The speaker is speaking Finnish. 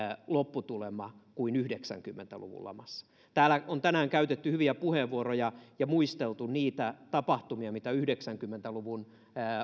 lopputulema kuin yhdeksänkymmentä luvun lamassa täällä on tänään käytetty hyviä puheenvuoroja ja muisteltu niitä tapahtumia mitä yhdeksänkymmentä luvun